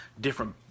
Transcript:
different